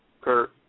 Kurt